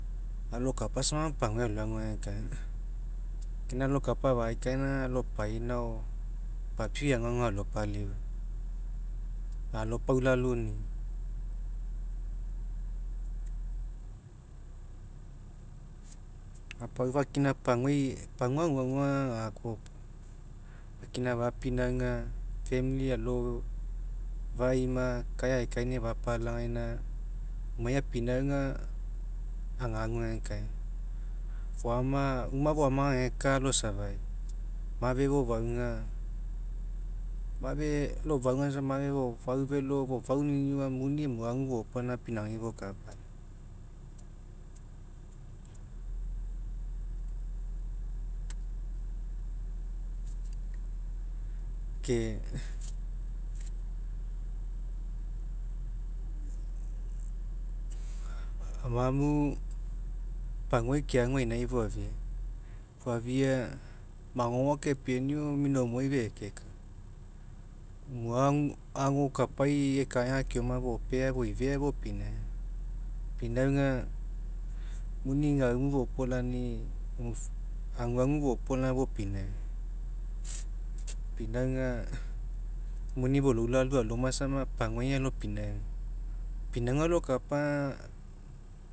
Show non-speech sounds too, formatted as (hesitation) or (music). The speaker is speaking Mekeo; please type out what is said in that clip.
Alokapa sama paguai aloagu agekaina. Ke gaina alokapa afaekaina aga alopainao, papiau e'i aguagu alopalifua, alopaulaluni. Gapuo aufakina paguai pagua aguaguga gakoa iopoga, aufakina fapinauga famili alo faima kai aekainia fapalagaina umai agapinauga, agagu agekaina. Foama uma foama ageka alosurvive mafe fofauga, mafe lofauga sama mafe fofaufelo fofauniniua muni emu agu fopolaga gaina pinaugai fokapa. (noise) ke (hesitation) amamu paguai keagu ainai foafia, foafia magogo kepenio minomuai feka. Emu ago ago kapai kekaega keoma fopea foifea fopinauga, pinauga muni gaumu fopolani aguagu fopolaga fopinauga (noise) pinauga muni foloulalu aloma sama paguai alopinauga, pinauga alokapa